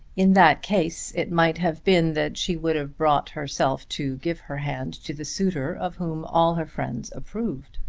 in that case it might have been that she would have brought herself to give her hand to the suitor of whom all her friends approved.